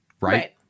right